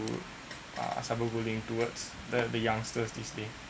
to err cyber-bullying towards the the youngsters these days